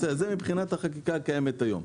זה מבחינת החקיקה הקיימת היום.